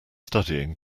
studying